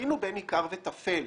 ותבחינו בין עיקר לטפל.